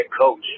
coach